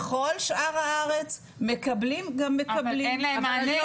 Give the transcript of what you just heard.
למה לא